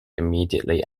immediately